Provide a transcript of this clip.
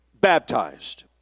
baptized